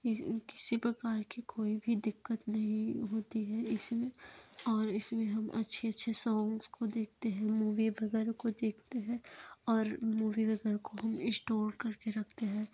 किसी किसी प्रकार की कोई भी दिक्कत नहीं होती है इसमें और इसमें हम अच्छे अच्छे सॉन्ग को देखते हैं मूवी वगैरह को देखते हैं और मूवी वगैरह को भी इस्टोर करके रखते हैं